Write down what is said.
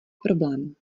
problém